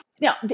now